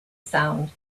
sound